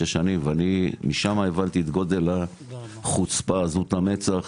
שש שנים ואני משם הבנתי את גודל החוצפה הזאת ועזות המצח